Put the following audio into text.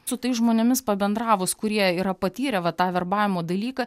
su tais žmonėmis pabendravus kurie yra patyrę va tą verbavimo dalyką